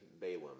Balaam